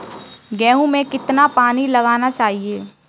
गेहूँ में कितना पानी लगाना चाहिए?